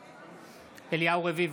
בעד אליהו רביבו,